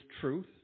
truth